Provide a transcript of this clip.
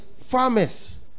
farmers